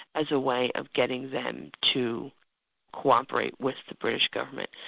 as a way of getting them to co-operate with the british government,